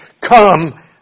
come